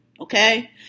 Okay